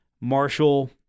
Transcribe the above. Marshall